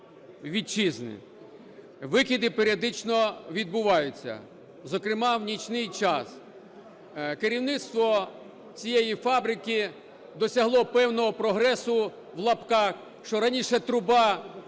Вітчизни. Викиди періодично відбуваються, зокрема, в нічний час. Керівництво цієї фабрики досягло певного прогресу, в лапках, що раніше труба була